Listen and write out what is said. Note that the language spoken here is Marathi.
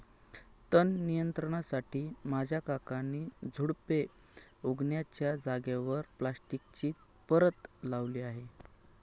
तण नियंत्रणासाठी माझ्या काकांनी झुडुपे उगण्याच्या जागेवर प्लास्टिकची परत लावली आहे